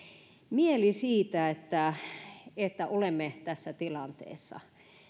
mieli siitä että että olemme tässä tilanteessa